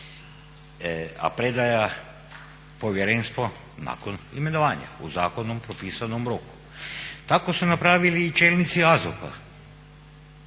A predaja u povjerenstvo nakon imenovanja u zakonski propisanom roku. Tako su napravili i čelnici AZOP-a,